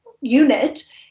unit